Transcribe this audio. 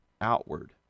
outward